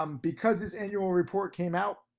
um because this annual report came out.